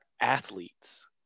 athletes